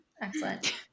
Excellent